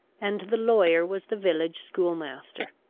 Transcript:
and the lawyer was the village schoolmaster.